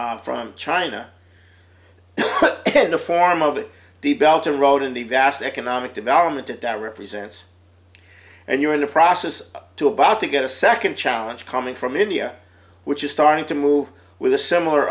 it from china in the form of it developed a road and a vast economic development that represents and you're in the process to about to get a second challenge coming from india which is starting to move with a similar